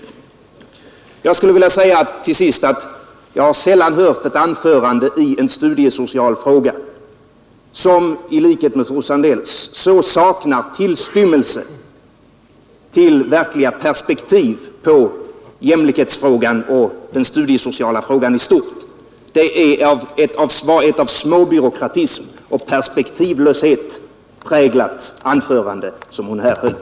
Till sist skulle jag vilja säga att jag sällan har hört ett anförande i en studiesocial fråga som så saknar tillstymmelse till verkliga perspektiv på jämlikhetsfrågan och den studiesociala frågan i stort som fröken Sandells anförande. Det var ett av småbyråkratism och perspektivlöshet präglat anförande som hon här höll.